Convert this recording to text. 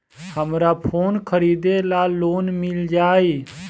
हमरा फोन खरीदे ला लोन मिल जायी?